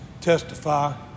testify